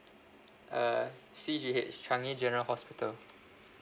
uh C_G_H changi general hospital